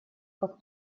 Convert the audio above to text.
как